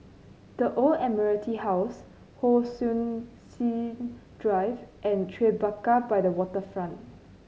The Old Admiralty House Hon Sui Sen Drive and Tribeca by the Waterfront